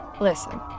Listen